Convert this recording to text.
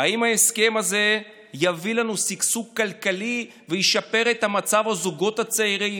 האם ההסכם הזה יביא לנו שגשוג כלכלי וישפר את מצב הזוגות הצעירים,